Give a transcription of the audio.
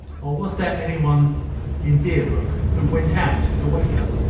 or was there any one in deerbrook who went out as a waiter?